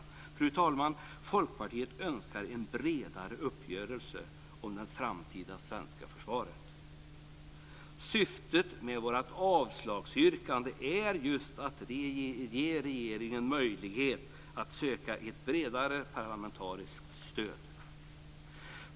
Fru talman! Folkpartiet önskar en bredare uppgörelse om det framtida svenska försvaret. Syftet med vårt avslagsyrkande är just att ge regeringen möjlighet att söka ett bredare parlamentariskt stöd.